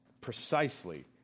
Precisely